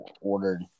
ordered